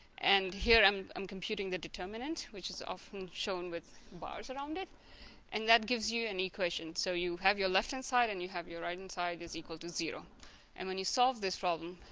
and here i'm um computing the determinant which is often shown with bars around it and that gives you an equation so you have your left-hand side and you have your right-hand side is equal to zero and when you solve this problem.